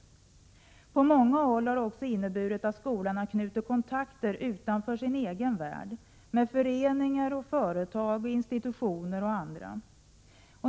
På många håll har det också inneburit att skolan har knutit kontakter utanför sin egen värld — med föreningar, företag, institutioner och andra.